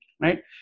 right